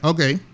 Okay